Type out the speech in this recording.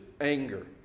anger